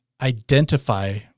identify